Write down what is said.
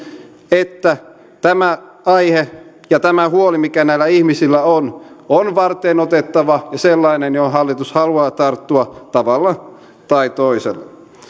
että tämä aihe ja tämä huoli mikä näillä ihmisillä on on varteenotettava ja sellainen johon hallitus haluaa tarttua tavalla tai toisella